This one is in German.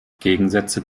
gegensätze